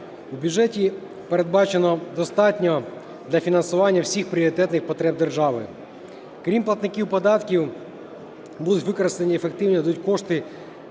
У бюджеті передбачено достатньо для фінансування всіх пріоритетних потреб держави. Крім платників податків будуть використані ефективно кошти